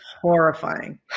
horrifying